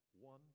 one